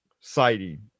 sighting